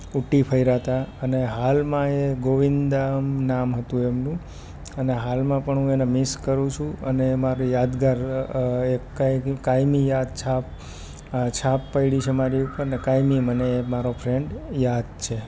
ઉંટી ફર્યા હતા અને હાલમાં એ ગોવિન્દમ નામ હતું એમનું અને હાલમાં પણ હું એને મિસ કરું છું અને એ મારી યાદગાર એક કાયમી કાયમી યાદ છાપ છાપ પડી છે મારી ઉપર ને કાયમી એ મને મારો ફ્રેન્ડ યાદ છે